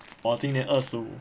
我今年二十五